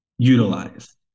Utilize